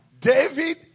David